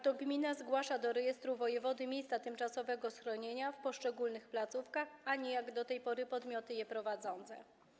To gmina zgłasza do rejestru wojewody miejsca tymczasowego schronienia w poszczególnych placówkach, a nie - jak do tej pory - podmioty je prowadzące.